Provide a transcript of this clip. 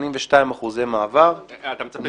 אתה מצפה